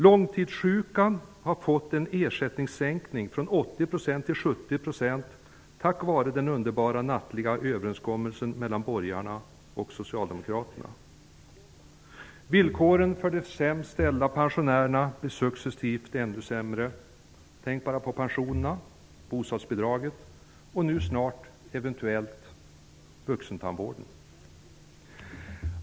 På grund av den underbara nattliga överenskommelsen mellan borgarna och Socialdemokraterna har ersättningen för de långtidssjuka sänkts från 80 % till 70 %. Villkoren för de sämst ställda pensionärerna blir successivt ännu sämre. Tänk bara på pensionerna, bostadsbidraget och nu snart eventuellt vuxentandvården.